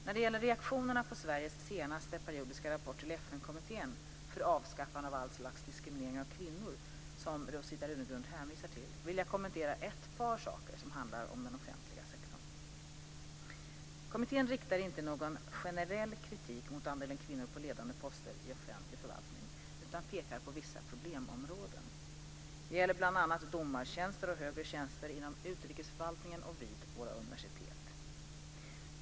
När det gäller reaktionerna på Sveriges senaste periodiska rapport till FN-kommittén för avskaffande av all slags diskriminering av kvinnor, CEDAW, som Rosita Runegrund hänvisar till, vill jag kommentera ett par saker som handlar om offentlig sektor. Kommittén riktar inte någon generell kritik mot andelen kvinnor på ledande poster i offentlig förvaltning utan pekar på vissa problemområden. Det gäller bl.a. domartjänster och högre tjänster inom utrikesförvaltningen och vid universiteten.